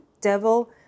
devil